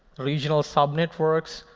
regional subnetworks,